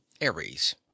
Aries